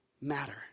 matter